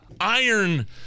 iron